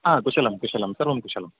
हा कुशलं कुशलं सर्वं कुशलम्